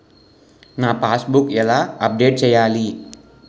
నా passbook ఎలా update చేయాలి?